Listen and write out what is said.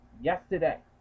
yesterday